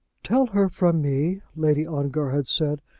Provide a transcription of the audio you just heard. tell her from me, lady ongar had said,